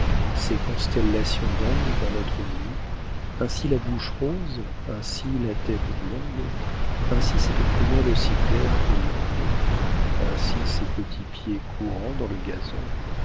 ces constellations d'anges dans notre nuit ainsi la bouche rose ainsi la tête blonde ainsi cette prunelle aussi claire que l'onde ainsi ces petits pieds courant dans le gazon